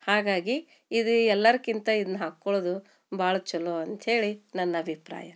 ಹಾಗಾಗಿ ಇದು ಎಲ್ಲಕ್ಕಿಂತ ಇದ್ನ ಹಾಕ್ಕೊಳ್ಳೋದು ಭಾಳ ಚಲೋ ಅಂತ ಹೇಳಿ ನನ್ನ ಅಭಿಪ್ರಾಯ